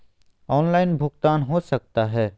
Online भुगतान हो सकता है?